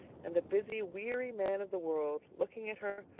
and the busy, weary man of the world, looking at her,